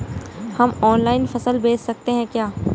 हम ऑनलाइन फसल बेच सकते हैं क्या?